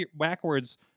backwards